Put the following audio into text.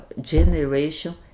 generation